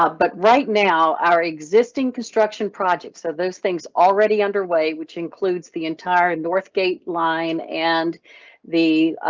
ah but right now our existing construction project so, those things already underway, which includes the entire northgate line and the